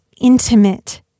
intimate